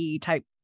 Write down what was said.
type